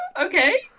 Okay